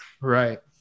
Right